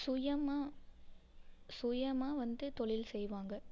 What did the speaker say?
சுயமாக சுயமாக வந்து தொழில் செய்வாங்க